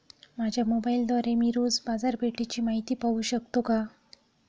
माझ्या मोबाइलद्वारे मी रोज बाजारपेठेची माहिती पाहू शकतो का?